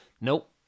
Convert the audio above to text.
Nope